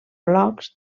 blocs